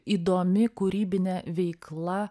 įdomi kūrybinė veikla